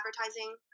advertising